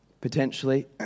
potentially